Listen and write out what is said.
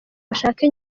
bashake